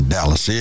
Dallas